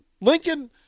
Lincoln